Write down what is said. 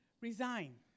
resign